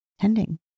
tending